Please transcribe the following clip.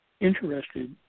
interested